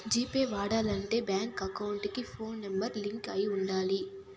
G Pay వాడాలంటే bank account కి phone number link అయి ఉండాలి